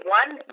one